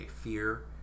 fear